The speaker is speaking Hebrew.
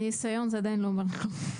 מניסיון, זה עדיין לא אומר כלום.